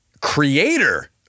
creator